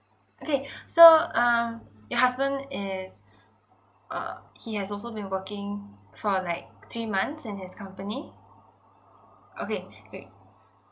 okay so um your husband is err he has also been working for like three months in his company okay great